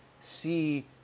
see